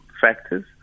factors